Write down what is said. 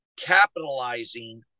capitalizing